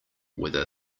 whether